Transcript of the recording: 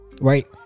right